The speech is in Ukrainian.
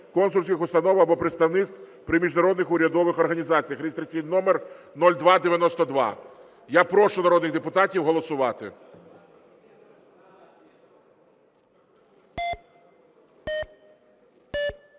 консульських установ або представництв при міжнародних урядових організаціях (реєстраційний номер 0292). Я прошу народних депутатів голосувати.